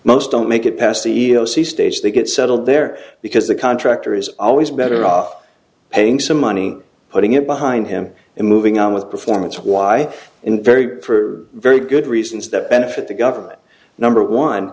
most don't make it past the e e o c stage they get settled there because the contractor is always better off paying some money putting it behind him and moving on with performance why in very for very good reasons that benefit the government number one